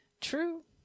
True